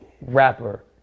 rapper